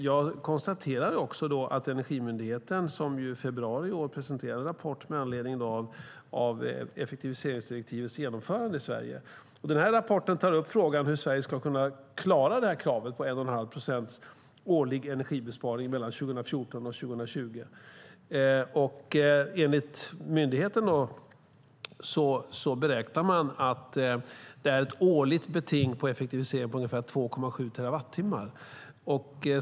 Jag konstaterade också att Energimyndigheten i februari i år presenterade en rapport med anledning av effektiviseringsdirektivets genomförande i Sverige. Rapporten tar upp frågan om hur Sverige ska kunna klara kravet på 1,5 procents årlig energibesparing mellan 2014 och 2020. Enligt myndigheten beräknar man att det finns ett årligt beting på effektivisering på ungefär 2,7 terawattimmar.